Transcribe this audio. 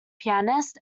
pianist